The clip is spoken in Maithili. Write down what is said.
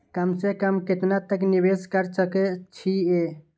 कम से कम केतना तक निवेश कर सके छी ए?